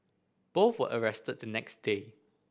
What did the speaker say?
both were arrested the next day